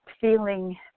feeling